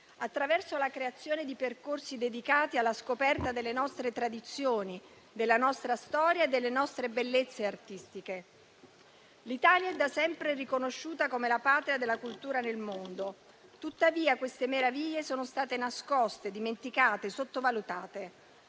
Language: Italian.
attraverso la creazione di percorsi dedicati alla scoperta delle nostre tradizioni, della nostra storia e delle nostre bellezze artistiche. L'Italia è da sempre riconosciuta come la patria della cultura nel mondo. Tuttavia, queste meraviglie sono state nascoste, dimenticate, sottovalutate.